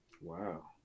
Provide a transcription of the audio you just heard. wow